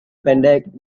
pendek